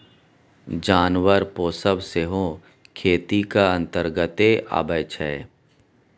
जानबर पोसब सेहो खेतीक अंतर्गते अबै छै